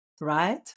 right